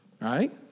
right